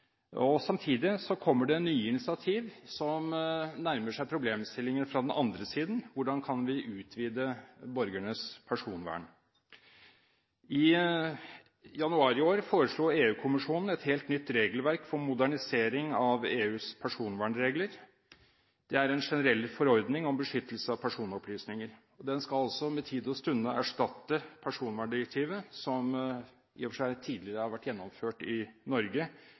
bero. Samtidig kommer det nye initiativ som nærmer seg problemstillingene fra den andre siden – hvordan kan vi utvide borgernes personvern? I januar i år foreslo EU-kommisjonen et helt nytt regelverk for modernisering av EUs personvernregler. Det er en generell forordning om beskyttelse av personopplysninger, og den skal altså med tid og stunder erstatte personverndirektivet, som i og for seg tidligere har vært gjennomført i Norge